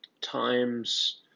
times